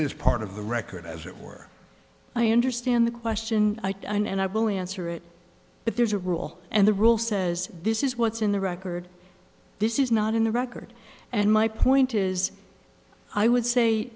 is part of the record as it were i understand the question and i will answer it but there's a rule and the rule says this is what's in the record this is not in the record and my point is i would say